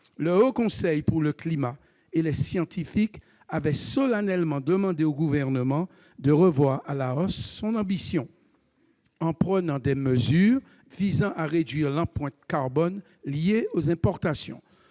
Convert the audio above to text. le Haut Conseil pour le climat et les scientifiques avaient solennellement demandé au Gouvernement de revoir à la hausse son ambition, en prenant des mesures pour réduire l'empreinte carbone liée aux importations.